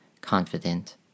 confident